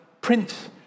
Prince